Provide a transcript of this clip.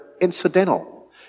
incidental